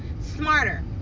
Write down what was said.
Smarter